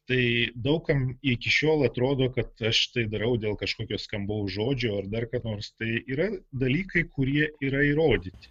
tai daug kam iki šiol atrodo kad aš tai darau dėl kažkokio skambaus žodžio ar dar kaip nors tai yra dalykai kurie yra įrodyti